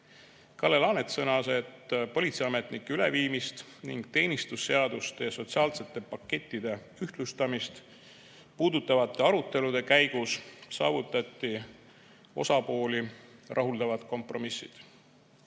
Kalle Laanet sõnas, et politseiametnike üleviimist ning teenistusseaduste ja sotsiaalsete pakettide ühtlustamist puudutavate arutelude käigus saavutati osapooli rahuldavad kompromissid.